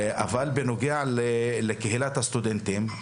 אבל בנוגע לקהילת הסטודנטים,